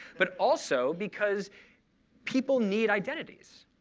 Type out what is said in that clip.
but also because people need identities.